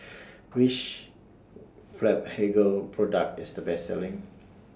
Which Blephagel Product IS The Best Selling